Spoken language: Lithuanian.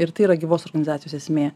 ir tai yra gyvos organizacijos esmė